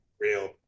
Real